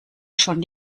schon